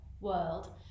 world